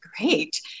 great